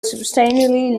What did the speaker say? substantially